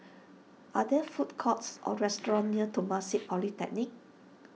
are there food courts or restaurants near Temasek Polytechnic